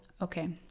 Okay